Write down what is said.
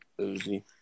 Uzi